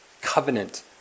covenant